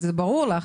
ברור לך.